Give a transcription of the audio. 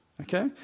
Okay